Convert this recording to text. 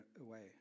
away